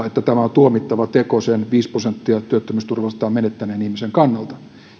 että tämä on tuomittava teko sen viisi prosenttia työttömyysturvastaan menettäneen ihmisen kannalta